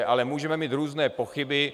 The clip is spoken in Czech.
Ale můžeme mít různé pochyby.